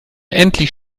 endlich